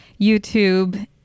YouTube